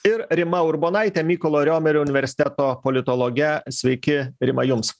ir rima urbonaite mykolo riomerio universiteto politologe sveiki rima jums